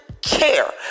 care